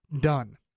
done